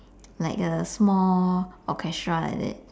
like a small orchestra like that